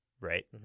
right